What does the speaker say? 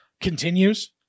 continues